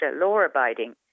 law-abiding